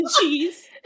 cheese